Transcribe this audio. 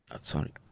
Sorry